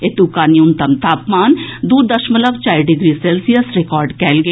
एतुका न्यूनतम तापमान दू दशमलव चारि डिग्री सेल्सियस रिकॉर्ड कयल गेल